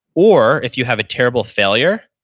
or if you have a terrible failure,